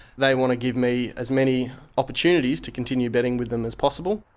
they want to give me as many opportunities to continue betting with them as possible.